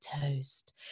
toast